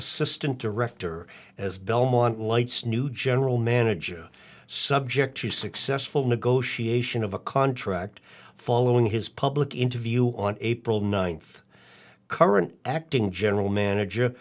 assistant director as belmont lights new general manager subject to successful negotiation of a contract following his public interview on april ninth current acting general manager